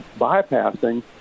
bypassing